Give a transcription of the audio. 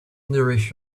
nourish